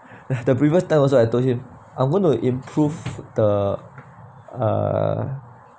the previous time also I told him I'm going to improve the uh